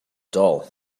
doll